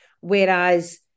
Whereas